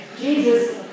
Jesus